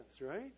right